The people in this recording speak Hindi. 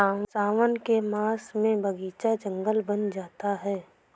सावन के माह में बगीचा जंगल बन जाता है